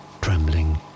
trembling